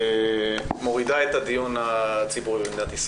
הוועדה לקידום מעמד האישה ולשוויון מגדרי.